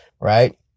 right